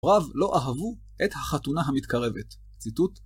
הוריו לא אהבו את החתונה המתקרבת. ציטוט: